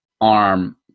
arm